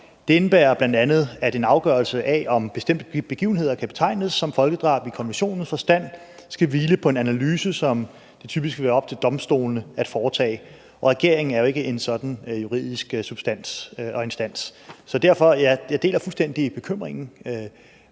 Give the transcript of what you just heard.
Det indebærer bl.a., at en afgørelse af, om bestemte begivenheder kan betegnes som folkedrab i konventionens forstand, skal hvile på en analyse, som det typisk vil være op til domstolene at foretage. Og regeringen er jo ikke en sådan juridisk instans. Jeg deler fuldstændig bekymringen,